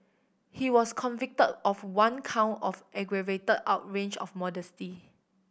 he was convicted of one count of aggravated outrage of modesty